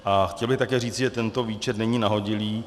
A chtěl bych také říci, že tento výčet není nahodilý.